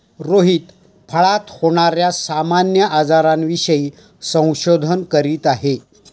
रोहित फळात होणार्या सामान्य आजारांविषयी संशोधन करीत आहे